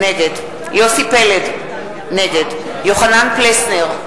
נגד יוסי פלד, נגד יוחנן פלסנר,